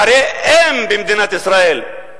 ערי אם במדינת ישראל.